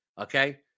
Okay